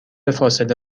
فاصله